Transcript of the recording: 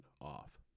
off